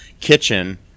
kitchen